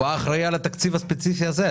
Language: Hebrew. הוא בא אחראי על התקציב הספציפי הזה,